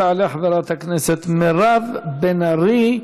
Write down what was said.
תעלה חברת הכנסת מירב בן ארי,